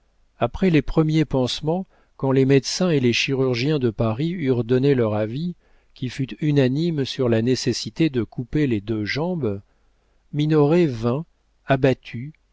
après les premiers pansements quand les médecins et les chirurgiens de paris eurent donné leur avis qui fut unanime sur la nécessité de couper les deux jambes minoret vint abattu